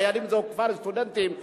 "איילים" זה כפר סטודנטים מצוין,